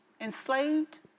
enslaved